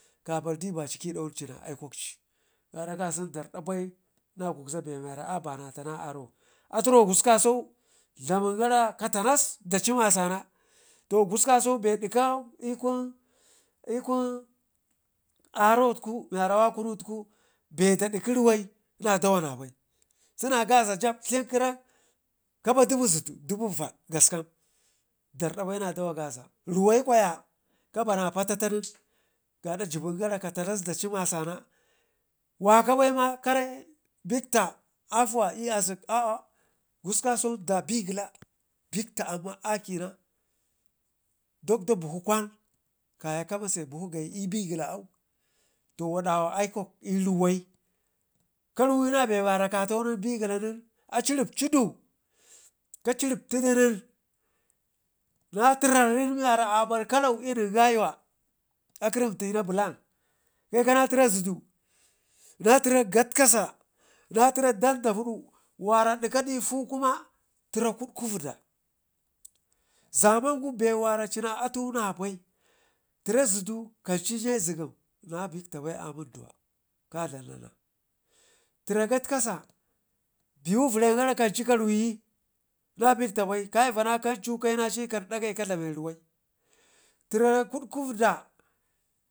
kabardi baci əidau wun ci na aikwakci gaada kasen darda bai na gubza be mgwara a bana ta aro aturo kusku kasau dlamin gara katenas daci masana, to gusku kasau be ɗikkau l'kun aro tuku miwara wakunu tuku be dakki ruwai na dawa nabai gena gaza jab dlinkirin kapa dubu zudu dubu vad gaskam dardabai na dawa gaza ruwai kwaya kaba pataten nen gaada jibin gara katanas daci masana waka bai ma kare bikta afuwa l'asək aa gusku kasau da begəla bikta amma akəna daƙda buhu kwan kaya kamase buhu gayi l'begəla auu. to wadawa aikwak l'riwau karuyina be wara kataunen begək nen aciripcidu kaciripciden nen, na tiraren wara abar kalau l'nen gayuwa ƙəremtina blan kaikan təra zudu, natəra gatkasa na təradanda hufu wara dikka difu kuma təra kutkuuədda zaman gu bewara cina atu nabai tera zudu kancinye zegim, cina biƙta bai a mu nduwe ka dlam mana təra gatkasa biwu vərrengara kanci ka ruyi na bikta bai kaivana kan cu kayi kam dakai ka dlame ruwai, təra kutku vədda.